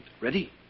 Ready